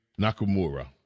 Nakamura